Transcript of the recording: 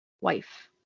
wife